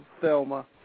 Thelma